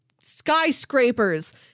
skyscrapers